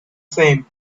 same